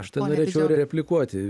aš tai norėčiau replikuoti